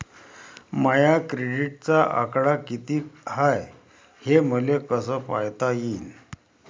माया क्रेडिटचा आकडा कितीक हाय हे मले कस पायता येईन?